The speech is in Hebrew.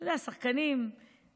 אתה יודע, שחקנים בינוניים,